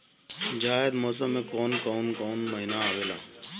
जायद मौसम में कौन कउन कउन महीना आवेला?